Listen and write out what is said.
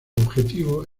objetivo